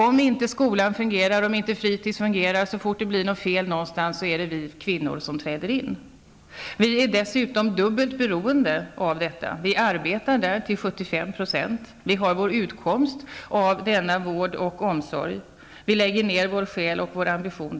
Så fort det blir något fel någonstans med skolan eller fritids, är det vi kvinnor som träder in. Dessutom är vi dubbelt beroende av den offentliga omsorgen. 75 % av oss arbetar där, och vi lägger ner vår själ och vår ambition i detta arbete. Vi har vår utkomst av denna vård och omsorg.